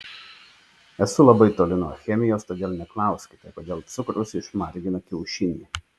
esu labai toli nuo chemijos todėl neklauskite kodėl cukrus išmargina kiaušinį